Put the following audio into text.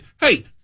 hey